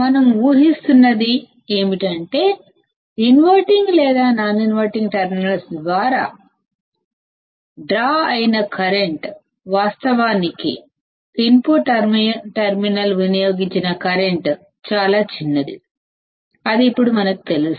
మనం ఉహిస్తున్నది ఏమిటంటేఇన్వర్టింగ్ లేదా నాన్ ఇన్వర్టింగ్ టెర్మినల్స్ ద్వారా వినియోగించిన కరెంట్ శూన్యం వాస్తవానికి ఇన్పుట్ టెర్మినల్ వినియోగించిన కరెంట్ చాలా తక్కువ అది ఇప్పుడు మనకు తెలుసు